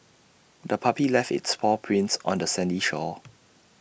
the puppy left its paw prints on the sandy shore